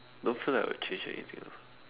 don't feel like I would change anything ah